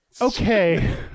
Okay